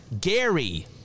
Gary